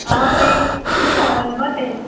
অঁ তে অলবা তে